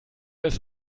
ist